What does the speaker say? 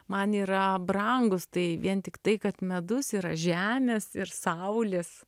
man yra brangus tai vien tik tai kad medus yra žemės ir saulės